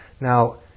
Now